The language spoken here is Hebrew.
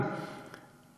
שהוא צריך את העזרה.